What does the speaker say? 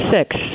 six